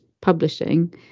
publishing